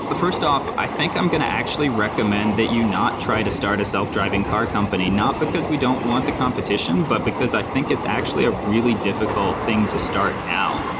first off, i think i'm going to actually recommend that you not try to start a self-driving car company, not because we don't want the competition, but because i think it's actually a really difficult thing to start now.